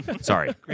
Sorry